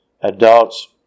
adults